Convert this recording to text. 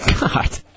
God